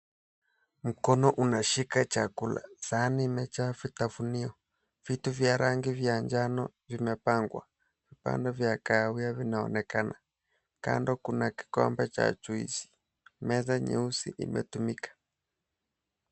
Mkono unashika chakula. Sahani imejaa vitafunio. Vitu vya rangi ya njano vimepangwa. Vipande vya kahawia vinaonekana. Kando kuna kikombe cha juisi. Meza nyeusi imetumika.